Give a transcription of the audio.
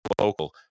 local